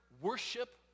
worship